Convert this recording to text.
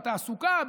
בתעסוקה,